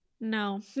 no